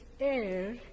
air